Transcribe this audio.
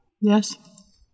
Yes